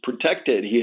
protected